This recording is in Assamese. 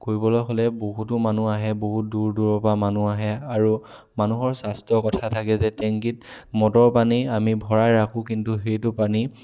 কৰিবলৈ হ'লে বহুতো মানুহ আহে বহুত দূৰ দূৰৰ পৰা মানুহ আহে আৰু মানুহৰ স্বাস্থ্যৰ কথা থাকে যে টেংকীত মটৰৰ পানী আমি ভৰাই ৰাখোঁ কিন্তু সেইটো পানী